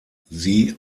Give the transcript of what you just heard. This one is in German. sie